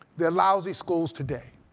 they're lousy schools today.